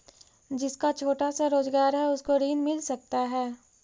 जिसका छोटा सा रोजगार है उसको ऋण मिल सकता है?